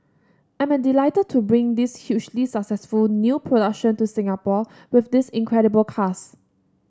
I am delighted to bring this hugely successful new production to Singapore with this incredible cast